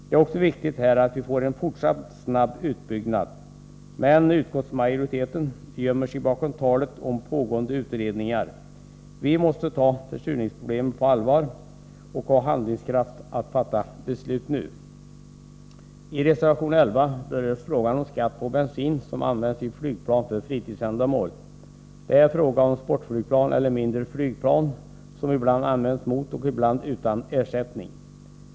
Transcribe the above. Det är viktigt att vi snabbt får en fortsatt utbyggnad, men utskottsmajoriteten gömmer sig bakom talet om pågående utredningar. Vi måste ta försurningsproblemet på allvar och ha handlingskraft att fatta beslut nu. I reservation 11 berörs frågan om skatt på bensin som används i flygplan för fritidsändamål. Det är här fråga om sportflygplan och mindre flygplan som ibland används mot och ibland utan ersättning.